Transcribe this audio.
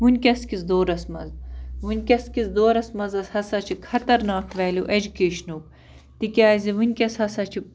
وُنکٮ۪س کِس دورَس منٛز وُنکٮ۪س کِس دورَس منٛز ہسا چھِ خطرناک ویلِیو ایجوٗکیشنُک تِکیٛازِ وُنکٮ۪س ہسا چھِ